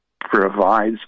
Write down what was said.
provides